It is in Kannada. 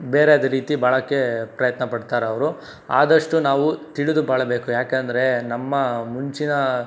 ಬೇರೆ ರೀತಿ ಬಾಳೋಕ್ಕೆ ಪ್ರಯತ್ನ ಪಡ್ತಾರೆ ಅವರು ಆದಷ್ಟು ನಾವು ತಿಳಿದು ಬಾಳಬೇಕು ಯಾಕೆಂದರೆ ನಮ್ಮ ಮುಂಚಿನ